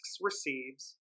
receives